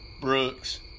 brooks